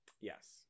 Yes